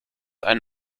ein